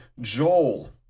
Joel